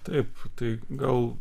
taip tai gal